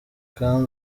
kandi